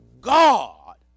God